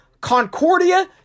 Concordia